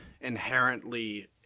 inherently